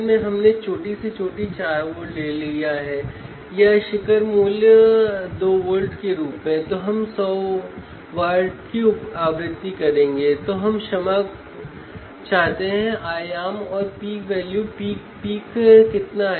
वह घुंडी घुमा रहा है और आप प्रतिरोध में बदलाव देख सकते हैं